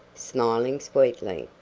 smiling sweetly.